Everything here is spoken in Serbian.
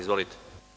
Izvolite.